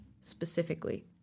specifically